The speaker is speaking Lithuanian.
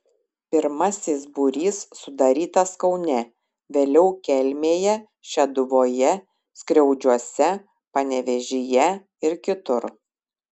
pirmasis būrys sudarytas kaune vėliau kelmėje šeduvoje skriaudžiuose panevėžyje ir kitur